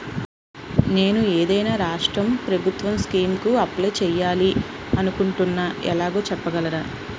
నేను ఏదైనా రాష్ట్రం ప్రభుత్వం స్కీం కు అప్లై చేయాలి అనుకుంటున్నా ఎలాగో చెప్పగలరా?